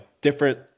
different